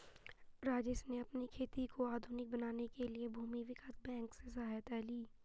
राजेश ने अपनी खेती को आधुनिक बनाने के लिए भूमि विकास बैंक की सहायता ली